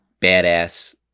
badass